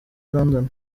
london